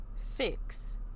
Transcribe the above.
fix